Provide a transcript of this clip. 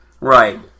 Right